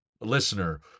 listener